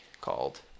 called